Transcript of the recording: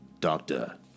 Doctor